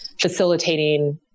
facilitating